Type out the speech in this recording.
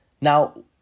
Now